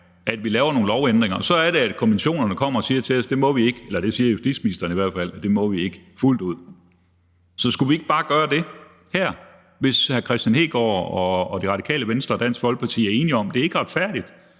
at vi laver nogle lovændringer, og så er det, at konventionerne kommer og siger til os, at det må vi ikke – eller det siger justitsministeren i hvert fald at vi ikke må fuldt ud. Så skulle vi ikke bare gøre det her, hvis hr. Kristian Hegaard og Det Radikale Venstre og Dansk Folkeparti er enige om, at det ikke er retfærdigt,